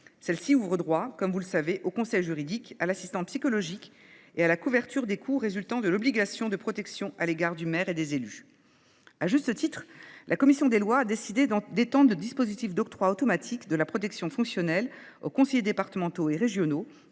Celle ci ouvre droit, comme vous le savez, au conseil juridique, à l’assistance psychologique et à la couverture des coûts résultant de l’obligation de protection à l’égard du maire et des élus. La commission des lois a décidé, à juste titre, d’étendre le dispositif d’octroi automatique de la protection fonctionnelle aux conseillers départementaux et régionaux